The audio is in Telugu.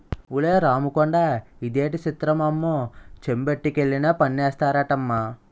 ఒలే రాముకొండా ఇదేటి సిత్రమమ్మో చెంబొట్టుకెళ్లినా పన్నేస్తారటమ్మా